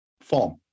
form